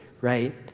right